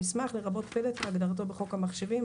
"מסמך" לרבות פלט כהגדרתו בחוק המחשבים,